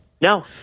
No